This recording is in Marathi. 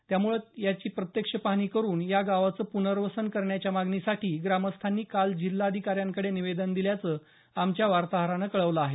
त्यामुळे याची प्रत्यक्ष पाहणी करून या गावाचं पुनर्वसन करण्याच्या मागणीसाठी ग्रामस्थांनी काल जिल्हाधिकाऱ्यांकडे निवेदन दिल्याचं आमच्या वार्ताहरानं कळवलं आहे